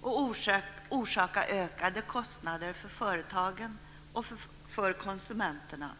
och orsaka ökade kostnader för företagen och för konsumenterna.